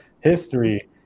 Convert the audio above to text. history